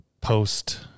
Post